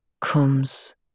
comes